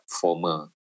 former